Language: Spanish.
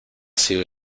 sido